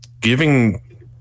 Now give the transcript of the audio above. giving